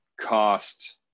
cost